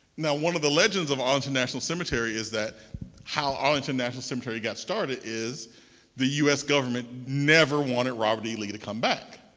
now one of the legends of arlington national cemetery is that how arlington national cemetery got started is the us government never wanted robert e. lee to come back.